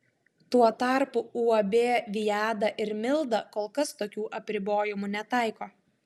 tuo tarpu uab viada ir milda kol kas tokių apribojimų netaiko